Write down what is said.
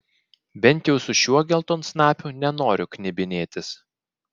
bent jau su šiuo geltonsnapiu nenoriu knibinėtis